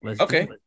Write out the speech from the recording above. Okay